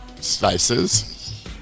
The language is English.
slices